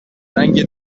رنگ